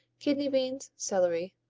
kidney beans, celery,